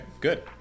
good